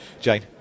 Jane